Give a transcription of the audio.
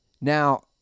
Now